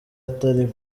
atari